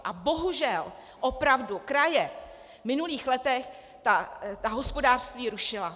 A bohužel opravdu kraje v minulých letech ta hospodářství rušily.